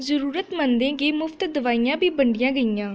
जरूरतमंदें गी मुफ्त दोआइयां बी बंडियां गेइयां